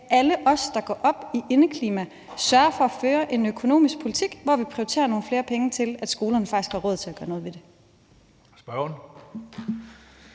at alle os, der går op i indeklima, sørger for at føre en økonomisk politik, hvor vi prioriterer nogle flere penge til, at skolerne faktisk har råd til at gøre noget ved det.